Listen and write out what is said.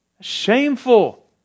Shameful